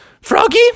Froggy